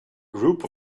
group